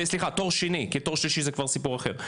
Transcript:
תואר שלישי זה כבר סיפור אחר.